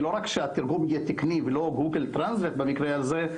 זה לא רק שהתרגום יהיה תקני ולא גוגל טרנסלייט במקרה הזה,